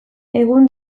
egun